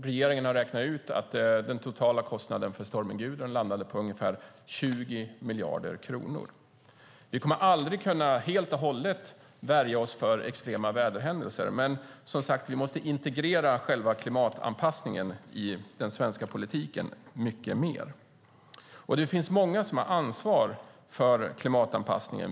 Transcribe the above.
Regeringen har räknat ut att den totala kostnaden för stormen Gudrun landade på ungefär 20 miljarder kronor. Vi kommer aldrig att helt och hållet kunna värja oss från extrema väderhändelser, men vi måste som sagt integrera själva klimatanpassningen i den svenska politiken mycket mer. Det finns många som har ansvar för klimatanpassningen.